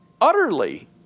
utterly